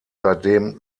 seitdem